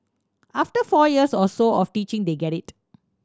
after four years or so of teaching they get it